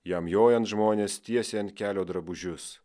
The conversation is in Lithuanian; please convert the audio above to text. jam jojant žmonės tiesė ant kelio drabužius